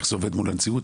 איך זה עובד מול הנציבות,